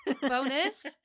Bonus